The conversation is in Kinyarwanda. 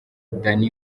dan